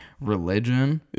religion